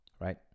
right